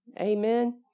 Amen